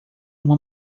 uma